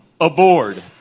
aboard